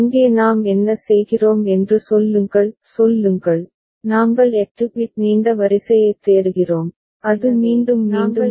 இங்கே நாம் என்ன செய்கிறோம் என்று சொல்லுங்கள் சொல்லுங்கள் நாங்கள் 8 பிட் நீண்ட வரிசையைத் தேடுகிறோம் அது மீண்டும் மீண்டும் வருகிறது சரி